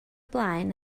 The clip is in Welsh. blaen